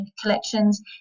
collections